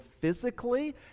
physically